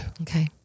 Okay